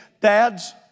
Dads